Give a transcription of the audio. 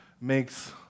makes